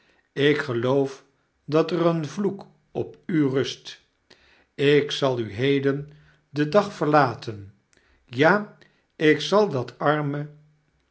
ik geloof dat er een vloek op u rust ik zal u heden den dag verlaten ja ik zal dat arme